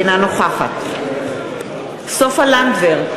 אינה נוכחת סופה לנדבר,